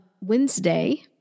Wednesday